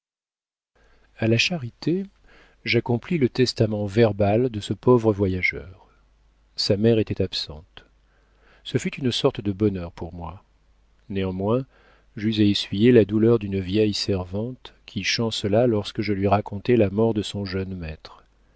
a la charité j'accomplis le testament verbal de ce pauvre voyageur sa mère était absente ce fut une sorte de bonheur pour moi néanmoins j'eus à essuyer la douleur d'une vieille servante qui chancela lorsque je lui racontai la mort de son jeune maître